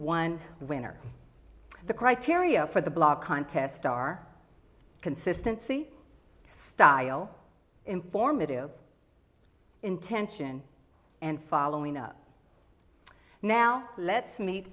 one winner the criteria for the blog contest are consistency style informative intention and following up now let's meet